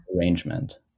arrangement